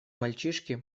мальчишки